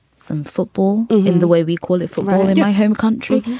some football in the way we call it football in my home country.